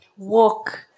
walk